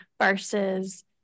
versus